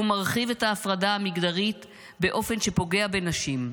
הוא מרחיב את ההפרדה המגדרית באופן שפוגע בנשים.